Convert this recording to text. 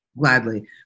Gladly